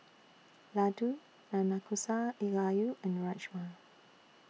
Ladoo Nanakusa Gayu and Rajma